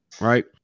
Right